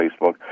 Facebook